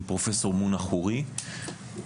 עם פרופסור מונא חורי, בזמן אמת.